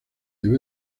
debe